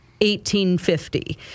1850